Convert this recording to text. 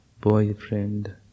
boyfriend